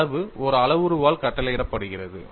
அளவு ஒரு அளவுருவால் கட்டளையிடப்படுகிறது